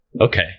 Okay